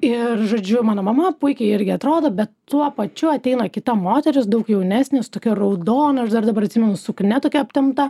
ir žodžiu mano mama puikiai irgi atrodo bet tuo pačiu ateina kita moteris daug jaunesnė su tokia raudona aš dar dabar atsimenu suknia tokia aptempta